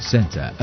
Center